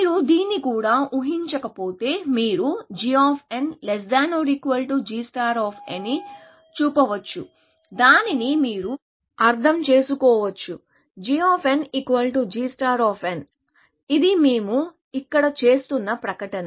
మీరు దీన్ని కూడా ఊహించకపోతే మీరు g gని చూపవచ్చు దానిని మీరు అర్థం చేసుకోవచ్చు gg ఇది మేము ఇక్కడ చేస్తున్న ప్రకటన